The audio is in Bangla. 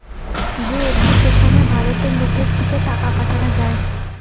যে এপ্লিকেশনে ভারতের লোকের থিকে টাকা পাঠানা যায়